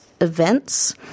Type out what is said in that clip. events